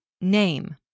name